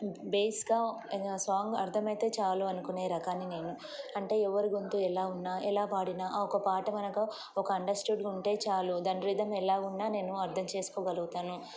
బేస్గా song అర్థమయితే చాలు అనుకునేరా కానీ నేను అంటే ఎవరు గొంతు ఎలా ఉన్నా ఎలా పాడిన ఒక పాట మనకు ఒక అండర్స్టడ్ ఉంటే చాలు దాని రితం ఎలాగున్నా నేను అర్థం చేసుకోగలుగుతాను